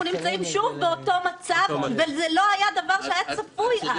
אנחנו נמצאים שוב באותו מצב וזה לא היה מצב שהיה צפוי אז.